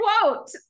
quote